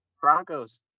Broncos